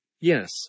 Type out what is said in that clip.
yes